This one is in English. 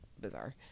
bizarre